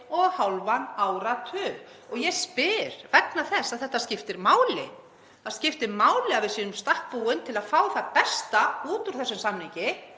og hálfan áratug. Ég spyr vegna þess að þetta skiptir máli. Það skiptir máli að við séum í stakk búin til að fá það besta út úr þessum samningi